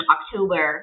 October